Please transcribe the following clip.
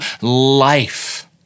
life